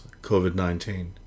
COVID-19